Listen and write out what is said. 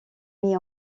mis